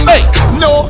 no